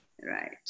Right